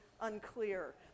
unclear